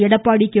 Edappadi K